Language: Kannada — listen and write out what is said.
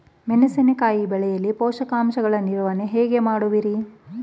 ಮೆಣಸಿನಕಾಯಿ ಬೆಳೆಯಲ್ಲಿ ಪೋಷಕಾಂಶಗಳ ನಿರ್ವಹಣೆ ಹೇಗೆ ಮಾಡುವಿರಿ?